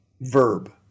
verb